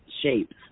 shapes